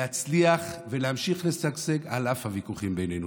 להצליח ולהמשיך לשגשג על אף הוויכוחים בינינו.